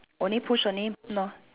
only push only not